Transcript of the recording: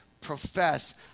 profess